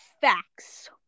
Facts